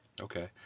Okay